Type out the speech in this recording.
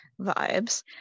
vibes